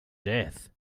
death